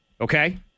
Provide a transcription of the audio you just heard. Okay